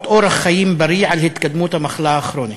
אורח חיים בריא ועל התקדמות המחלה הכרונית.